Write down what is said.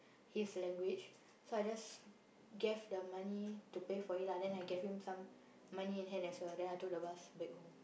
his language so I just gave the money to pay for it lah then I gave him some money in hand as well then I took the bus back home